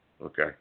Okay